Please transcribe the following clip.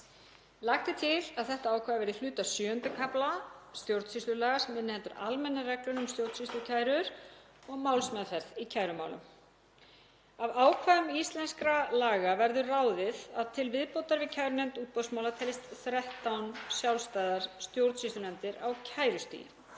Lagt er til að þetta ákvæði verði hluti af VII. kafla stjórnsýslulaga sem inniheldur almennar reglur um stjórnsýslukærur og málsmeðferð í kærumálum. Af ákvæðum íslenskra laga verður ráðið að til viðbótar við kærunefnd útboðsmála teljist 13 sjálfstæðar stjórnsýslunefndir á kærustigi,